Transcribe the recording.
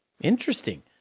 Interesting